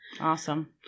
Awesome